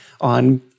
on